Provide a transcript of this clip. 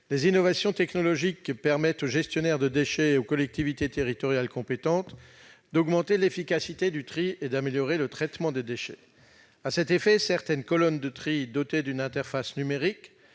Les innovations technologiques permettent aux gestionnaires de déchets et aux collectivités territoriales compétentes d'augmenter l'efficacité du tri et d'améliorer le traitement des déchets. Par exemple, certaines colonnes de tri dotées d'une interface numérique